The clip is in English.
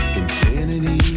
infinity